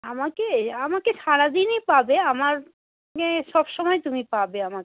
আমাকে আমাকে সারা দিনই পাবে আমাকে সব সময় তুমি পাবে আমাকে